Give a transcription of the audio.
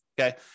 okay